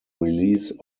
release